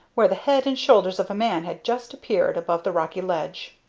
where the head and shoulders of a man had just appeared above the rocky ledge.